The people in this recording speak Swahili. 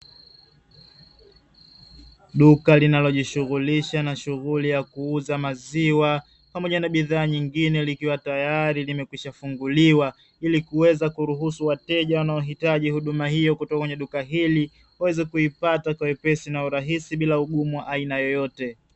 Duka linalojishughulisha na shughuli ya kuuza maziwa, pamoja na bidhaa nyingine likiwa tayali limekwisha kufunguliwa, ili kuweza kuruhusu wateja wanaohitaji huduma hiyo kutoka kwenye duka hili, waweze kuipata kwa wepesi na urahisi bila ugumu wa aina yoyote.